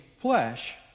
flesh